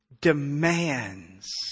demands